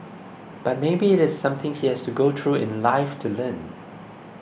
but maybe it is something he has to go through in life to learn